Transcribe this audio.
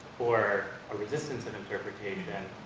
or a resistance of interpretation,